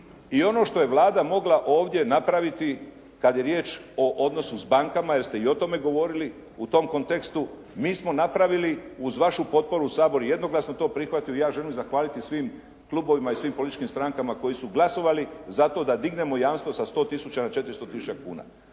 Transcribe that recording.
I ono što je Vlada mogla ovdje napraviti kad je riječ o odnosu s bankama jer ste i o tome govorili. U tom kontekstu mi smo napravili uz vašu potporu, Sabor je jednoglasno to prihvatio i ja želim zahvaliti svim klubovima i svim političkim strankama koji su glasovali za to da dignemo jamstvo sa 100 tisuća na 400 tisuća kuna.